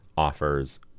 offers